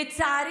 טרור ערבי